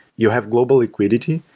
you have global liquidity,